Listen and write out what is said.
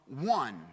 one